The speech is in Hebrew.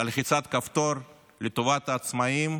כפתור לטובת העצמאים,